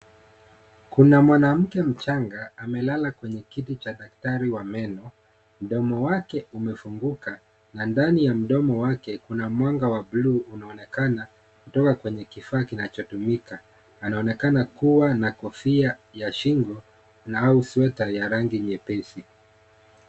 Kuna mwanamke mchanga, amelala kwenye kiti cha daktari wa meno. Mdomo wake umefunguka, na ndani ya mdomo wake kuna mwanga wa bluu unaonekana, kutoka kwenye kifaa kinachotumika. Anaonekana kuwa na kofia ya shingo, na au sweta ya rangi nyepesi.